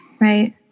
Right